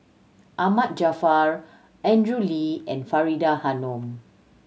Ahmad Jaafar Andrew Lee and Faridah Hanum